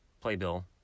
Playbill